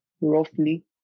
roughly